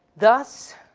thus,